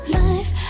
life